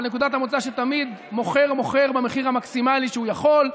אבל נקודת המוצא היא שתמיד המוכר מוכר במחיר המקסימלי שהוא יכול,